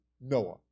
Noah